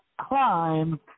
climb